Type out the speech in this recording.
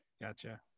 gotcha